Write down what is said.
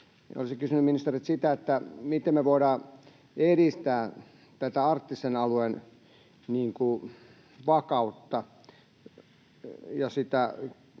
Olisin kysynyt, ministerit: miten me voidaan edistää tätä arktisen alueen vakautta ja sitä